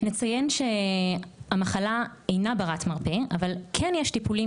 נציין שהמחלה אינה ברת מרפא אבל כן יש טיפולים